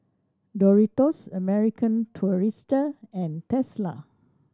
Doritos American Tourister and Tesla